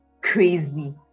crazy